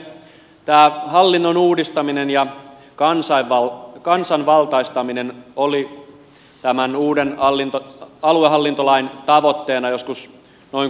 tämä hallinnon uudistaminen ja kansanvaltaistaminen oli tämän uuden aluehallintolain tavoitteena joskus noin kuusi vuotta sitten